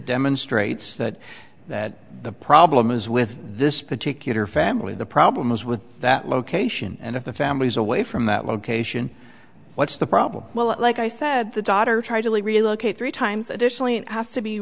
demonstrates that that the problem is with this particular family the problems with that location and if the families away from that location what's the problem well like i said the daughter tried really relocate three times additionally and has to be